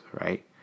right